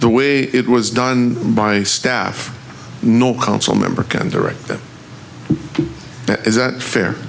the way it was done by staff no council member can direct them to that